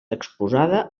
exposada